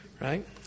right